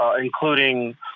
including